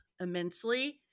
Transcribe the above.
immensely